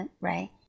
right